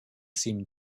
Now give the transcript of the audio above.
seemed